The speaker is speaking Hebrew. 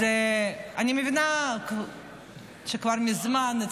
אז אני מבינה שאצלכם